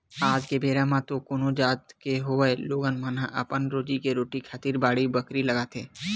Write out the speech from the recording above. आज के बेरा म तो कोनो जात के होवय लोगन मन ह अपन रोजी रोटी खातिर बाड़ी बखरी लगाथे